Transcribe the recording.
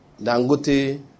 Dangote